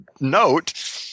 note